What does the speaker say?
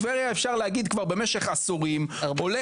טבריה, אפשר להגיד, כבר במשך עשורים הולכת לאחור.